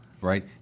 right